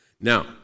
Now